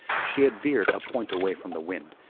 she had veered a point away from the wind,